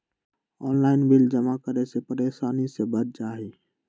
Online bill जमा करे से परेशानी से बच जाहई?